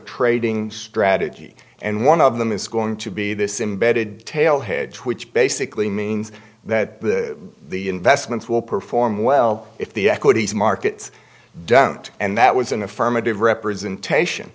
trading strategy and one of them is going to be this imbedded tale hedge which basically means that the investments will perform well if the equities markets don't and that was an affirmative representation